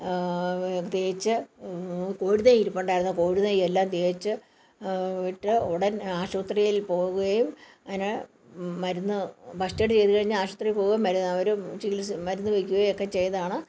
തേച്ച് കോഴി നെയ്യ് ഇരിപ്പുണ്ടായിരുന്നു കോഴി നെയ്യ് എല്ലാം തേച്ച് വിട്ട് ഉടൻ ആശുപത്രിയിൽ പോവുകയും അതിന് മരുന്ന് ഫസ്റ്റ് എയ്ഡ് ചെയ്ത് കഴിഞ്ഞ് ആശുപത്രി പോവേം മരുന്നവരും ചികിത്സ് മരുന്ന് വെക്കുകയൊക്കെ ചെയ്താണ്